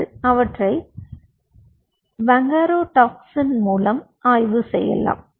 நீங்கள் அவற்றை பங்கரோடாக்சின் மூலம் ஆய்வு செய்யலாம்